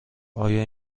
آیا